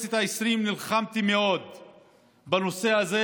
בכנסת העשרים נלחמתי מאוד בנושא הזה,